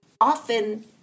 often